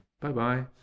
bye-bye